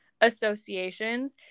associations